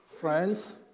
friends